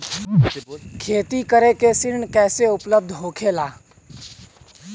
खेती करे के ऋण कैसे उपलब्ध होखेला?